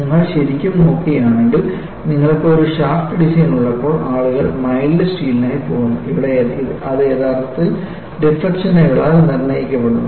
നിങ്ങൾ ശരിക്കും നോക്കുകയാണെങ്കിൽ നിങ്ങൾക്ക് ഒരു ഷാഫ്റ്റ് ഡിസൈൻ ഉള്ളപ്പോൾ ആളുകൾ മൈൽഡ് സ്റ്റീലിനായി പോകുന്നു അവിടെ അത് യഥാർത്ഥത്തിൽ ഡിഫ്ളക്ഷനാൽ നിർണ്ണയിക്കപ്പെടുന്നു